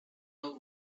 have